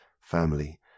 family